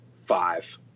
five